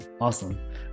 Awesome